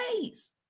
ways